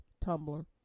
Tumblr